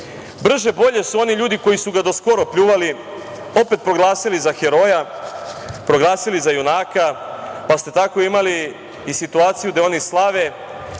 Brže bolje su oni ljudi koji su ga do skora pljuvali, opet proglasili za heroja, proglasili za junaka, pa ste tako imali i situaciju gde oni slave